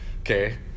okay